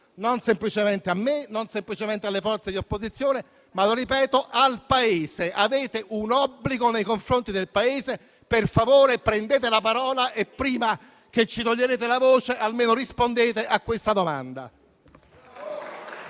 non semplicemente a me, non semplicemente alle forze di opposizione, ma - lo ripeto - al Paese. Avete un obbligo nei confronti del Paese: per favore, prendete la parola e prima che ci togliate la voce, almeno rispondete a questa domanda.